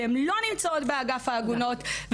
והן לא נמצאות באגף עגונות,